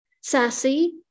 sassy